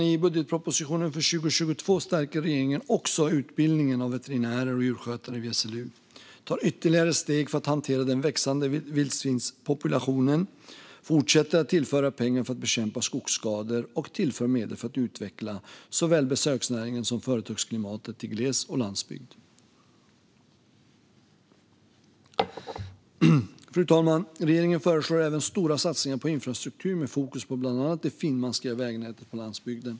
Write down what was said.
I budgetpropositionen för 2022 stärker regeringen också utbildningen av veterinärer och djurskötare vid SLU, tar ytterligare steg för att hantera den växande vildsvinspopulationen, fortsätter att tillföra pengar för att bekämpa skogsskador och tillför medel för att utveckla såväl besöksnäringen som företagsklimatet i gles och landsbygd. Fru talman! Regeringen föreslår även stora satsningar på infrastruktur med fokus på bland annat det finmaskiga vägnätet på landsbygden.